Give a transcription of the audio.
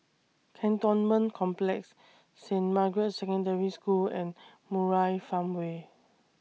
Cantonment Complex Saint Margaret's Secondary School and Murai Farmway